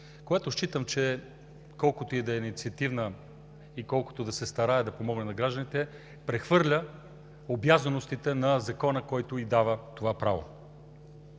което считам, че колкото и да е инициативна, колкото и да се старае да помогне на гражданите, прехвърля обязаностите на закона, който ѝ дава това право.